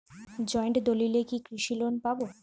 Joint দলিলে কি কৃষি লোন পাব?